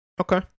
Okay